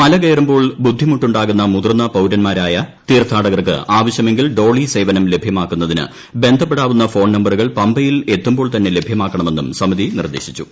മല കയറുമ്പോൾ ബുദ്ധിമുട്ടുണ്ടാകുന്നു മുതിർന്ന പൌരന്മാരായ തീർഥാടകർക്ക് ആവശ്യമെക്കീൽ ഡോളി സേവനം ലഭ്യമാക്കുന്നതിന് ബന്ധപ്പെട്ടിപ്പുന്ന് ഫോൺ നമ്പരുകൾ പമ്പയിൽ എത്തുമ്പോൾ തന്നെ ലഭ്യ്മാക്കണമെന്നും സമിതി നിർദ്ദേശിച്ചു